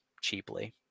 cheaply